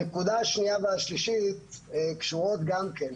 הנקודה השנייה והשלישית קשורות גם כן.